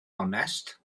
onest